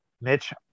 Mitch